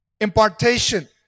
impartation